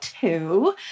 two